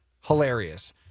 hilarious